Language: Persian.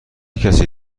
کسی